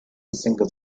single